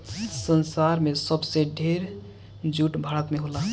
संसार में सबसे ढेर जूट भारत में होला